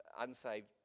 unsaved